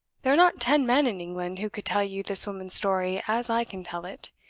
there are not ten men in england who could tell you this woman's story as i can tell it.